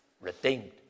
Redeemed